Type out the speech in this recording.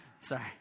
sorry